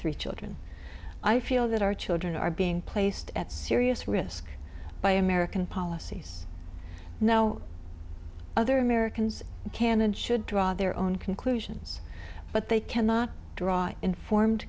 three children i feel that our children are being placed at serious risk by american policies now other americans can and should draw their own conclusions but they cannot draw informed